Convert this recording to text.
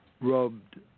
rubbed